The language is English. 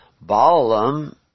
Balaam